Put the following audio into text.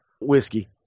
whiskey